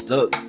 Look